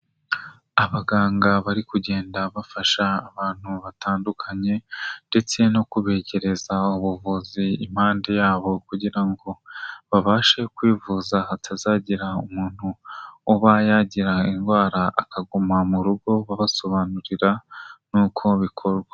Abaganga bari kugenda bafasha abantu batandukanye ndetse no kubegereza ubuvuzi impande yabo kugira ngo babashe kwivuza hatazagira umuntu uba yagira indwara akaguma mu rugo babasobanurira n'uko bikorwa.